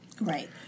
Right